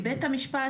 כי בית המשפט,